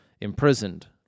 imprisoned